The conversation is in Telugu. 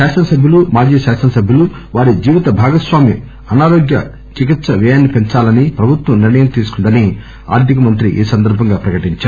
శాసనసభ్యులు మాజీ శాసనసభ్యులు వారి జీవిత భాగస్వామి అనారోగ్య చికిత్స వ్యయాన్ని పెంచాలని ప్రభుత్వం నిర్ణయం తీసుకుందని ఆర్గికమంత్రి ఈ సందర్బంగా ప్రకటించారు